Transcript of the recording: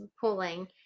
pulling